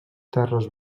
terres